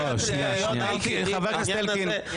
חבר הכנסת אלקין.